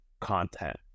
content